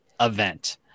event